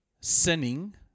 sinning